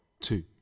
two